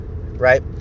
right